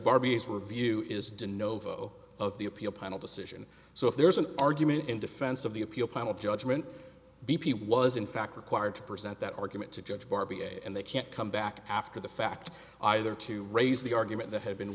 know of the appeal panel decision so if there's an argument in defense of the appeal panel judgment b p was in fact required to present that argument to judge barbie and they can't come back after the fact either to raise the argument that had been